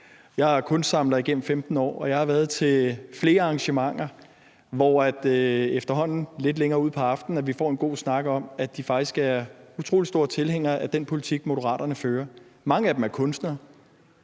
jeg er kunstsamler igennem 15 år, og jeg har været til flere arrangementer, hvor vi efterhånden, lidt længere ud på aftenen, får en god snak om, at man faktisk er utrolig store tilhængere af den politik, Moderaterne fører – mange af dem er kunstnere.